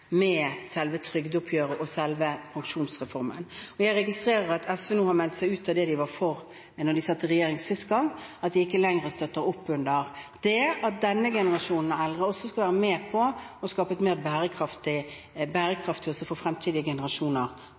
selve trygdeoppgjøret og selve pensjonsreformen. Jeg registrerer at SV nå har meldt seg ut av det de var for da de satt i regjering sist gang, og at de ikke lenger støtter opp under det at denne generasjonen eldre også skal være med på å skape et mer bærekraftig pensjonsopplegg for fremtidige generasjoner.